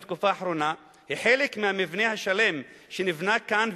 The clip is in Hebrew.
היא חלק מהמבנה השלם שנבנה כאן,